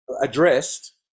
addressed